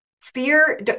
Fear